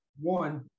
one